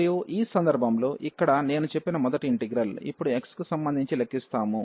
మరియు ఈ సందర్భంలో ఇక్కడ నేను చెప్పిన మొదటి ఇంటిగ్రల్ ఇప్పుడు x కి సంబంధించి లెక్కిస్తాము